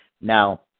Now